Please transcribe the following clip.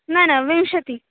न न विंशतिः